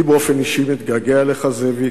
אני באופן אישי מתגעגע אליך, זאביק.